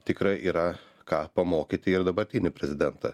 tikrai yra ką pamokyti ir dabartinį prezidentą